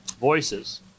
voices